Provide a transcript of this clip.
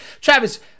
Travis